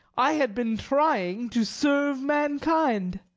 i had been trying to serve mankind.